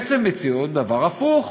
בעצם מציעות דבר הפוך: